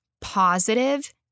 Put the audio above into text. positive